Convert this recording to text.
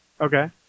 Okay